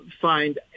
find